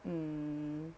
mm